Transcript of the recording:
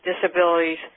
disabilities